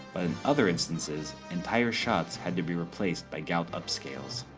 and other instances, entire shots had to be replaced by gout upscales.